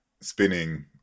spinning